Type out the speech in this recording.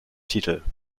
titel